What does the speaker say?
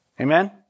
Amen